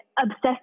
obsessed